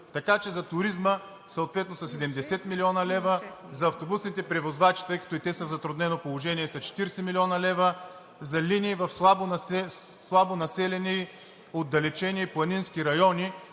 Така че за туризма съответно са 70 млн. лв.; за автобусните превозвачи, тъй като и те са в затруднено положение, са 40 млн. лв.; за линии в слабо населени, отдалечени и планински райони